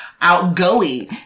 outgoing